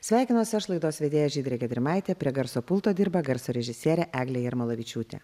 sveikinosi aš laidos vedėja žydrė gedrimaitė prie garso pulto dirba garso režisierė eglė jarmalavičiūtė